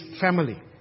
family